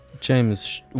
James